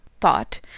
thought